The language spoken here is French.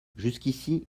jusqu’ici